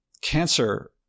cancer